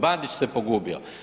Bandić se pogubio.